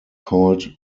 called